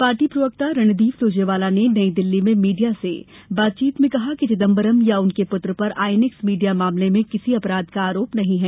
party प्रवक्ता रणदीप सुरजेवाला ने नई दिल्ली में मीडिया से बातचीत में कहा कि चिदम्बरम या उनके पुत्र पर आई एन एक्स मीडिया मामले में किसी अपराध का आरोप नहीं है